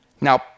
Now